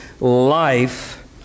life